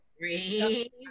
Three